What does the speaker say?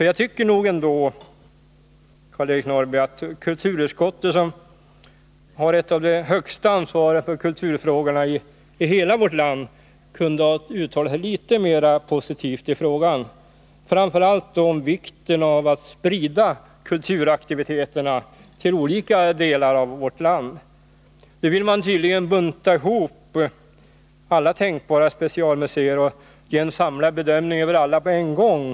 Jag tycker, Karl-Eric Norrby, att kulturutskottet, som har ett mycket stort ansvar för kulturfrågorna i hela landet, kunde ha uttalat sig litet mera positivt i frågan, framför allt om vikten av att sprida kulturaktiviteterna till olika delar av vårt land. Nu vill man tydligen bunta ihop alla tänkbara specialmuseer och ge en samlad bedömning av alla på en gång.